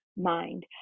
mind